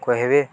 କହିବେ